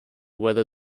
whether